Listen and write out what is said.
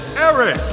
Eric